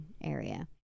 area